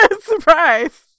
Surprise